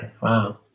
wow